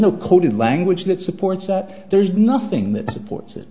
no coded language that supports that there's nothing that supports it